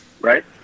right